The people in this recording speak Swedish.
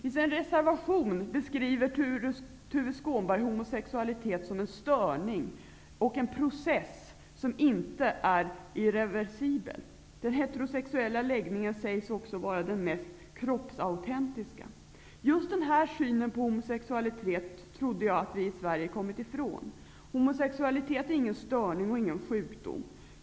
I sin reservation beskriver Tuve Skånberg homosexualitet som en ''störning'' och som en ''process'' som inte är ''irreversibel''. Den heterosexuella läggningen sägs också vara den ''mest kroppsautentiska''. Just denna syn på homosexualitet trodde jag att vi i Sverige hade kommit ifrån. Homosexualitet är inte vare sig en störning eller en sjukdom.